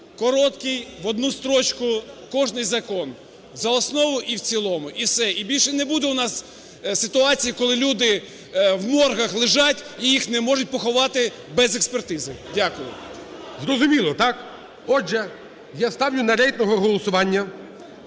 Короткий, в одну строчку, кожний закон. За основу і в цілому – і все. І більше не буде у нас ситуації, коли люди в моргах лежать і їх не можуть поховати без експертизи. Дякую. ГОЛОВУЮЧИЙ. Зрозуміло, так? Отже, я ставлю на рейтингове голосування